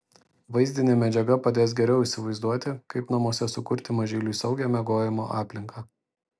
vaizdinė medžiaga padės geriau įsivaizduoti kaip namuose sukurti mažyliui saugią miegojimo aplinką